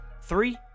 Three